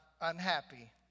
unhappy